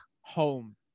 home